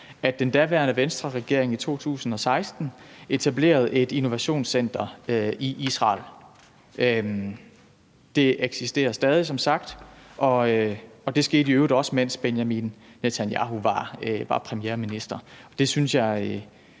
at den daværende Venstreregering i 2016 etablerede et innovationscenter i Israel. Det eksisterer som sagt stadig, og det skete i øvrigt også, mens Benjamin Netanyahu var premierminister.